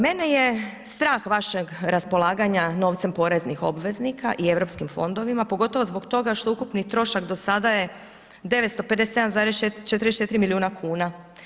Mene je strah vašeg raspolaganja novcem poreznih obveznika i EU fondovima, pogotovo zbog toga što ukupni trošak do sada je 957,44 milijuna kuna.